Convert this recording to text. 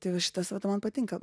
tai va šitas vat man patinka